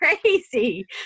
crazy